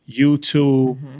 YouTube